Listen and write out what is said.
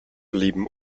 blieben